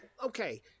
Okay